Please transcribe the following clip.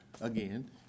again